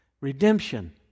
redemption